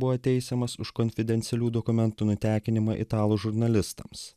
buvo teisiamas už konfidencialių dokumentų nutekinimą italų žurnalistams